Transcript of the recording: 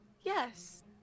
yes